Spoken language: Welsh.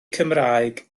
cymraeg